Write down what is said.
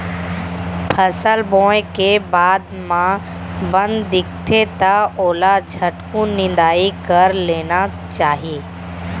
फसल बोए के बाद म बन दिखथे त ओला झटकुन निंदाई कर लेना चाही